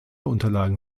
unterlagen